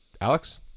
Alex